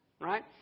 right